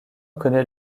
connaît